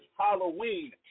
Halloween